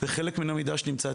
יש חלק מן המידע שנמצא בבתי החולים.